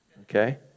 okay